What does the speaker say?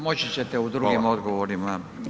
Moći ćete u drugim odgovorima.